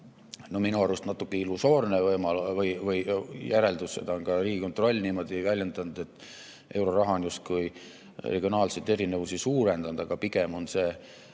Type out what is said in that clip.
minu arust natuke illusoorsed järeldused. Seda on ka Riigikontroll väljendanud, et euroraha on justkui regionaalseid erinevusi suurendanud, aga pigem on